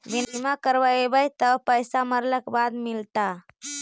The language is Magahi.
बिमा करैबैय त पैसा मरला के बाद मिलता?